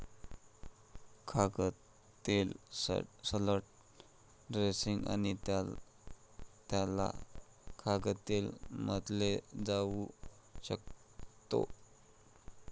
खाद्यतेल salad dressing आणि त्याला खाद्यतेल म्हटले जाऊ शकते